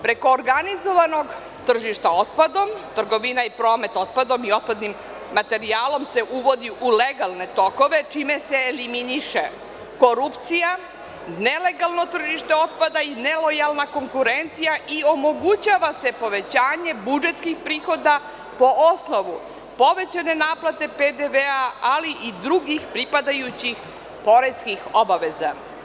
Preko organizovanog tržišta otpadom trgovina i promet otpadom i otpadni materijal se uvodi u legalne tokove čime se eliminiše korupcija, nelegalno tržište otpada, nelojalna konkurencija i omogućava se povećanje budžetskih prihoda po osnovu povećane naplate PDV, ali i drugih pripadajućih poreskih obaveza.